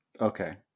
Okay